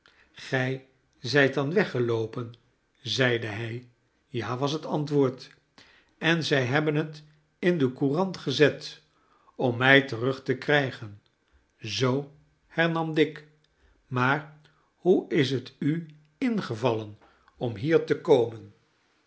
gij zijt dan weggeloopen zeide hij ja was het antwoord en zij hebben het in de courant gezet om mij terug te krijgen zoo hernam dick maar hoe is het u ingevallen om hier te komen